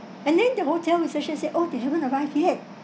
and then the hotel reception said oh they haven't arrive yet